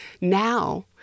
now